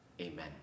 Amen